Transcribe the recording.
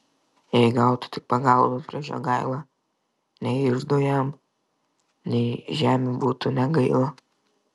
jei gautų tik pagalbos prieš jogailą nei iždo jam nei žemių būtų negaila